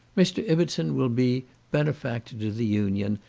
mr. ibbertson will be benefactor to the union,